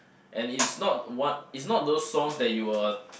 and is not one is not those song that you will